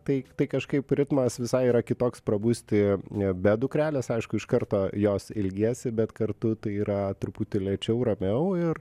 tai tai kažkaip ritmas visai yra kitoks prabusti e be dukrelės aišku iš karto jos ilgiesi bet kartu tai yra truputį lėčiau ramiau ir